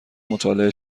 مطالعه